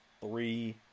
three